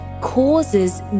causes